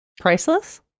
priceless